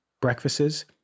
breakfasts